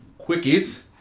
quickies